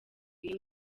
iyi